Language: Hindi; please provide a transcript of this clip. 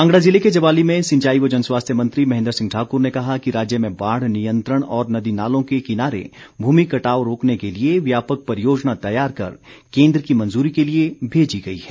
कांगड़ा जिले के ज्वाली में सिंचाई व जन स्वास्थ्य मंत्री महेन्द्र सिंह ठाकर ने कहा कि राज्य में बाढ़ नियंत्रण और नदी नालों के किनारे भूमि कटाव रोकने के लिए व्यापक परियोजना तैयार कर केन्द्र की मंजूरी के लिए भेजी गई है